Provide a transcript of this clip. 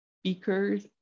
speakers